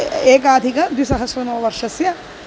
एकाधिकद्विसहस्रतमवर्षस्य